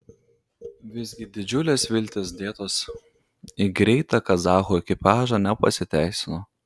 visgi didžiulės viltys dėtos į greitą kazachų ekipažą nepasiteisino